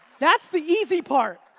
that's the easy part.